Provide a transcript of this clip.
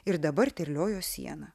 ir dabar terliojo sieną